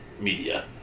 media